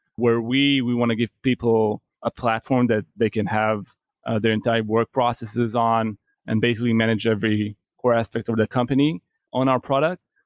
where we, we want to give people a platform that they can have their entire work processes on and basically manage every aspect of the company on our product.